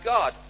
God